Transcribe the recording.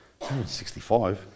165